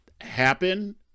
happen